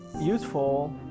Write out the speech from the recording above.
useful